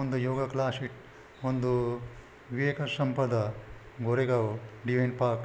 ಒಂದು ಯೋಗ ಕ್ಲಾಶ್ ಇಟ್ ಒಂದು ವಿವೇಕ ಸಂಪದ ಗೋರೆಗಾಂವ್ ಡಿವೈನ್ ಪಾರ್ಕ್